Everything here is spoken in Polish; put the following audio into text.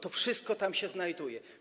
To wszystko tam się znajduje.